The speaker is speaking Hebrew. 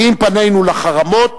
כי אם פנינו לחרמות,